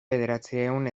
bederatziehun